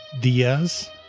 Diaz